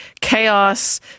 chaos